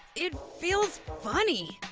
it feels funny,